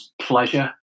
pleasure